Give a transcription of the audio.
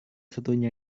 satunya